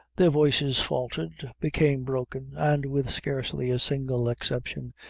their voices faltered, became broken, and, with scarcely a single exception,